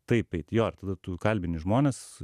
taip eit jo ir tada tu kalbini žmones